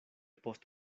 post